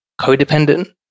codependent